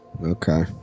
Okay